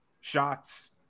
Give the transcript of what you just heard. shots